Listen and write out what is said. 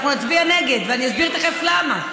אנחנו נצביע נגד, ואני אסביר תכף למה.